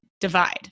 divide